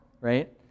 right